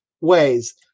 ways